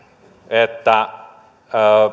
että